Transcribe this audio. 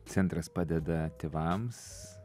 centras padeda tėvams